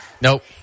Nope